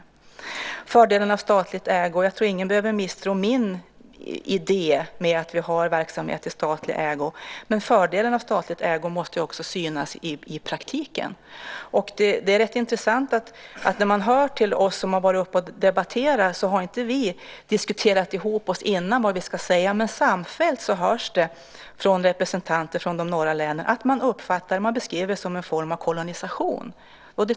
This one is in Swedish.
Vad gäller fördelarna av statlig ägo tror jag att ingen behöver misstro min idé med att vi har verksamhet i statlig ägo, men fördelarna med statligt ägande måste ju också synas i praktiken. Det är rätt intressant: Vi som har varit uppe i den här debatten har inte diskuterat ihop oss före debatten om vad vi ska säga, men samfällt hörs det från representanter från de norra länen att man uppfattar och beskriver detta som en form av kolonisation.